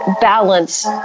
balance